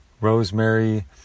Rosemary